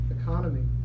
economy